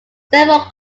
servo